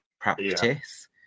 practice